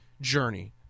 journey